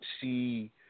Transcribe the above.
see